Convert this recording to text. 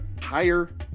higher